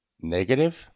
Negative